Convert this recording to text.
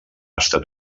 estat